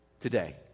Today